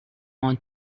want